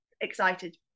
excited